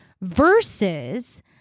versus